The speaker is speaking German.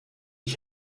ich